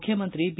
ಮುಖ್ಯಮಂತ್ರಿ ಬಿ